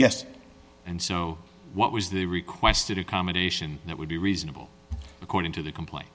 yes and so what was the requested accommodation that would be reasonable according to the complaint